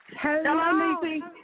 Hello